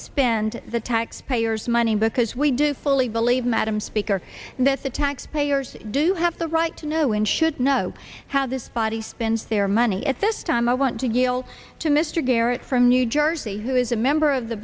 spend the taxpayers money because we do fully believe madam speaker that the taxpayers do have the right to know when should know how this body spends their money at this time i want to get all to mr garrett from new jersey who is a member of the